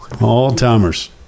All-timers